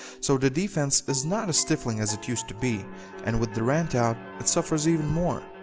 so the defense is not as stifling as it used to be and with durant out, it suffers even more.